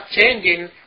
changing